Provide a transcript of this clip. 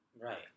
Right